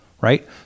right